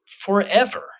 forever